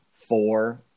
four